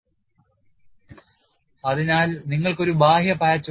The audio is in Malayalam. Patched Cracks അതിനാൽ നിങ്ങൾക്ക് ഒരു ബാഹ്യ പാച്ച് ഉണ്ട്